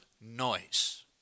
noise